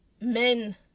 men